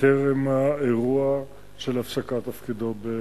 טרם האירוע של הפסקת תפקידו במוסקבה.